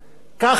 ככה,